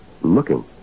looking